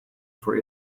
for